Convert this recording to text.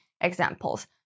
examples